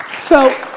so,